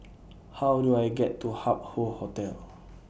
How Do I get to Hup Hoe Hotel